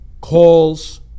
calls